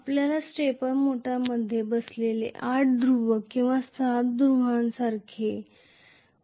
आपल्याकडे स्टेपर मोटरमध्ये बसलेले आठ ध्रुव किंवा सहा ध्रुवसारखे काहीतरी असू शकते